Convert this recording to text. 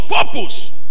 purpose